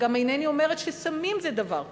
וגם אינני אומרת שסמים זה דבר טוב.